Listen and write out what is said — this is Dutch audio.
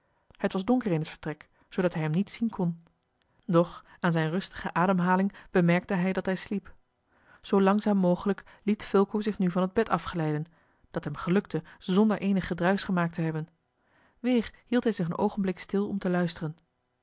het was donker in het vertrek zoodat hij hem niet zien kon doch aan zijne rustige ademhaling bemerkte hij dat hij sliep zoo langzaam mogelijk liet fulco zich nu van het bed afglijden dat hem gelukte zonder eenig gedruisch gemaakt te hebben weer hield hij zich een oogenblik stil om te luisteren